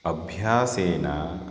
अभ्यासेन